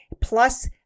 Plus